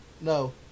No